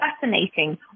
fascinating